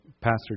Pastor